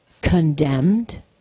Condemned